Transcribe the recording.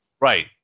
Right